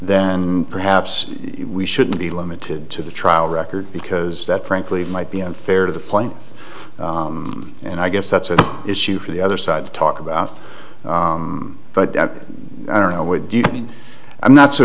then perhaps we shouldn't be limited to the trial record because that frankly might be unfair to the player and i guess that's an issue for the other side to talk about but i don't know what do you mean i'm not so